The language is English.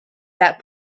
that